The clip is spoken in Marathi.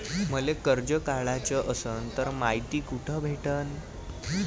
मले कर्ज काढाच असनं तर मायती कुठ भेटनं?